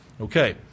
Okay